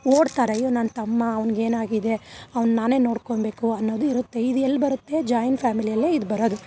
ಓಡ್ತಾರೆ ಅಯ್ಯೋ ನನ್ನ ತಮ್ಮ ಅವ್ನಿಗೇನಾಗಿದೆ ಅವ್ನ ನಾನೇ ನೋಡ್ಕೊಳ್ಬೇಕು ಅನ್ನೋದು ಇರುತ್ತೆ ಇದು ಎಲ್ಲಿ ಬರುತ್ತೆ ಜಾಯಿಂಟ್ ಫ್ಯಾಮಿಲಿಯಲ್ಲೇ ಇದು ಬರೋದು